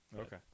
Okay